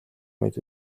мэт